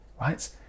Right